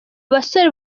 basore